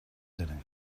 setting